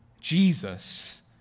Jesus